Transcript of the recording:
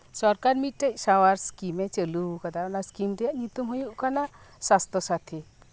ᱥᱚᱨᱠᱟᱨ ᱢᱤᱫᱴᱮᱱ ᱥᱟᱸᱣᱟᱨ ᱥᱠᱤᱢᱮ ᱪᱟᱹᱞᱩ ᱟᱠᱟᱫᱟ ᱚᱱᱟ ᱥᱠᱤᱢ ᱨᱮᱭᱟᱜ ᱧᱩᱛᱩᱢ ᱦᱩᱭᱩᱜ ᱠᱟᱱᱟ ᱥᱟᱥᱛᱷᱚ ᱥᱟᱛᱷᱤ